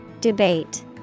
Debate